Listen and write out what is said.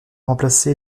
remplacé